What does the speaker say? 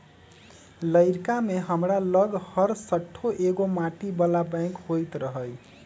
लइरका में हमरा लग हरशठ्ठो एगो माटी बला बैंक होइत रहइ